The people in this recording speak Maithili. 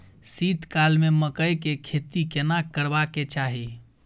शीत काल में मकई के खेती केना करबा के चाही?